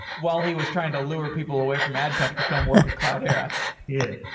while he was trying to lure people away from ad tech to come work at cloud era yeah.